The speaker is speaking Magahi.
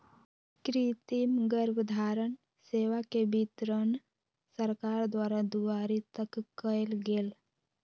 कृतिम गर्भधारण सेवा के वितरण सरकार द्वारा दुआरी तक कएल गेल